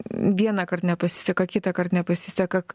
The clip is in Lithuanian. vienąkart nepasiseka kitąkart nepasiseka